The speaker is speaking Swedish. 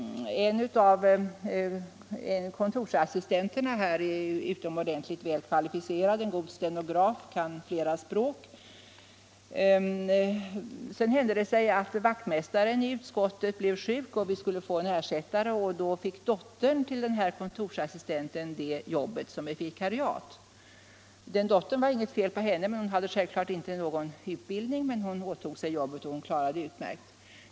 En av kontorsassistenterna där är utomordentligt väl kvalificerad. Hon är god stenograf och kan flera språk. Det hände sig att vaktmästaren i utskottet blev sjuk och vi skulle få en ersättare. Då fick dottern till den nämnda kontorsassistenten det jobbet som ett vikariat. Det var inget fel på henne. Hon åtog sig jobbet och klarade det utmärkt, men hon hade självklart inte någon utbildning.